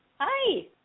Hi